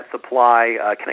supply